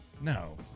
No